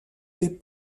les